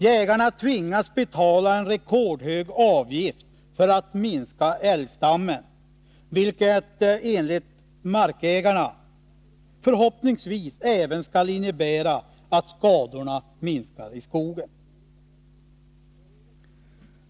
Jägarna tvingas betala en rekordhög avgift för att minska älgstammen, vilket, enligt markägarna, förhoppningsvis även skall innebära att skadorna i skogen minskar.